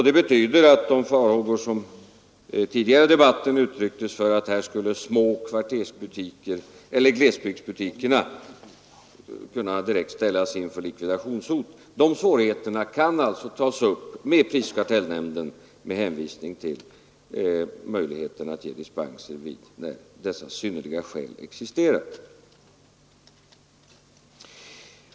Det betyder att de farhågor som tidigare i debatten uttrycktes för att glesbygdsbutikerna direkt skulle ställas inför likvidationshot inte är berättigade. Svårigheter av det slaget kan nämligen tas upp med prisoch kartellnämnden med hänvisning till möjligheterna till dispenser när synnerliga skäl föreligger.